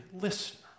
listener